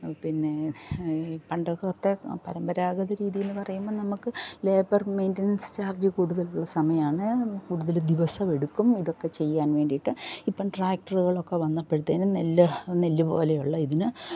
പിന്നേ ഈ പണ്ടൊക്കെ പരമ്പരാഗത രീതി എന്ന് പറയുമ്പോൾ നമുക്ക് ലേബർ മെയ്റ്റനനൻസ് ചാർജ് കൂടുതലുള്ള സമയം ആണ് കൂടുതൽ ദിവസം എടുക്കും ഇതൊക്കെ ചെയ്യാൻ വേണ്ടിയിട്ട് ഇപ്പം ട്രാക്റ്റുകളൊക്കെ വന്നപ്പഴുത്തേനും നെല്ല് നെല്ല് പോലെ ഉള്ള ഇതിന്